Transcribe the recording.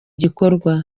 gikorwa